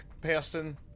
person